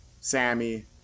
Sammy